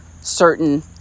certain